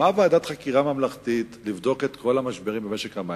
הוקמה ועדת חקירה ממלכתית לבדוק את כל המשברים במשק המים.